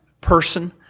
person